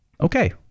Okay